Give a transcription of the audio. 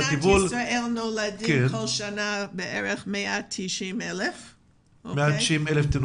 במדינת ישראל נולדים כל שנה בערך 190,000 תינוקות.